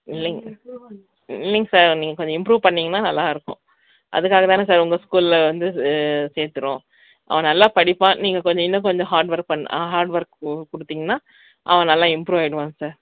இல்லைங் இல்லைங் சார் நீங்கள் கொஞ்சம் இம்ப்ரூ பண்ணிங்கன்னா நல்லா இருக்கும் அதுக்காக தான சார் உங்கள் ஸ்கூலில் வந்து சேர்த்துறோம் அவன் நல்லா படிப்பான் நீங்கள் கொஞ்சம் இன்னும் கொஞ்சம் ஹார்டுஒர்க் பண் ஹார்டுஒர்க்கு கொடுத்திங்னா அவன் நல்லா இம்ப்ரூ ஆயிடுவான் சார்